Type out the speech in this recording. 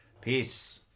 Peace